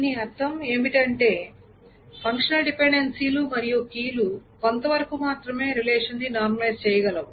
దీని అర్థం ఏమిటంటే ఫంక్షనల్ డిపెండెన్సీలు మరియు కీలు కొంతవరకు మాత్రమే రిలేషన్ని నార్మలైజ్ చెయ్యగలవు